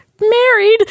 Married